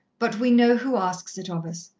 but we know who asks it of us.